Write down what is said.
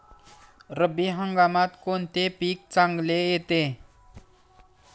रब्बी हंगामात कोणते पीक चांगले येते?